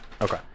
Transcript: Okay